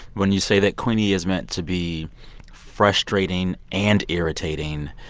when you say that queenie is meant to be frustrating and irritating,